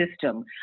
system